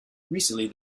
recently